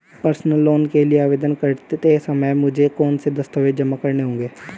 Personal loan के लिए आवेदन करते समय मुझे कौन से दस्तावेज़ जमा करने होंगे?